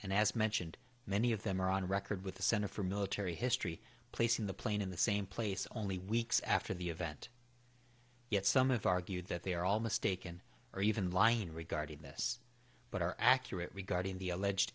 and as mentioned many of them are on record with the center for military history placing the plane in the same place only weeks after the event yet some have argued that they are all mistaken or even lying regarding this but are accurate regarding the alleged